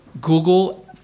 Google